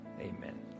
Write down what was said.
Amen